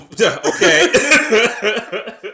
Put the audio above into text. Okay